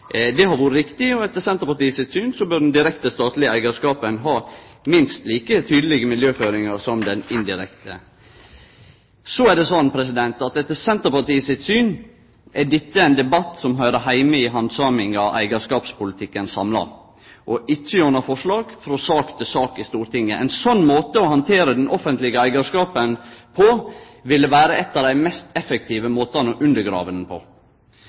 Det har vore riktig, og etter Senterpartiet sitt syn bør den direkte statlege eigarskapen ha minst like tydelege miljøføringar som den indirekte. Etter Senterpartiet sitt syn er dette ein debatt som høyrer heime i handsaminga av eigarskapspolitikken samla og ikkje gjennom forslag frå sak til sak i Stortinget. Ein slik måte å handtere den offentlege eigarskapen på vil vere ein av dei mest effektive måtane å undergrave han på.